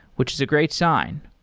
which is a great sign,